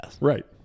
Right